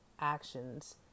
actions